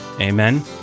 Amen